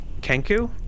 Kenku